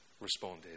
responded